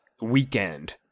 weekend